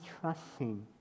trusting